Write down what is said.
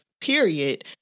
period